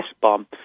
bomb